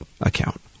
account